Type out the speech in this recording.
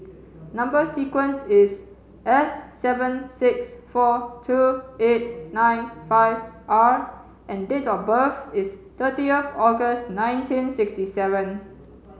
number sequence is S seven six four two eight nine five R and date of birth is thirty of August nineteen sixty seven